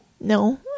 No